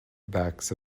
backs